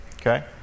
Okay